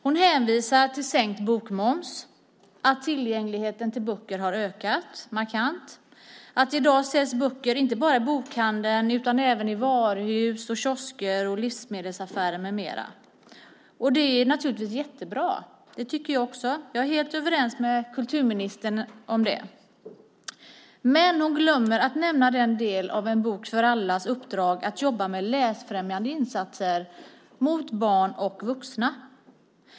Hon hänvisar till sänkt bokmoms, till att tillgängligheten till böcker har ökat markant och till att det i dag säljs böcker inte bara i bokhandeln utan även i varuhus, kiosker, livsmedelsaffärer med mera. Det är naturligtvis jättebra. Det tycker jag också. Jag är helt överens med kulturministern om det. Men hon glömmer att nämna den del av En bok för allas uppdrag som handlar om att jobba med läsfrämjande insatser riktade till barn och vuxna.